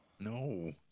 No